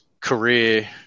career